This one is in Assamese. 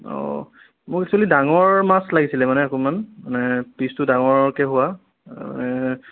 অঁ মোক একচুৱেলী ডাঙৰ মাছ লাগিছিলে মানে অকণমান মানে পিচটো ডাঙৰকে হোৱা